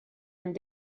and